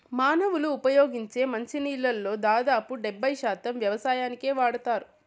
మానవులు ఉపయోగించే మంచి నీళ్ళల్లో దాదాపు డెబ్బై శాతం వ్యవసాయానికే వాడతారు